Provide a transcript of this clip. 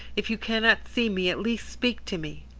if you cannot see me, at least speak to me.